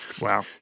Wow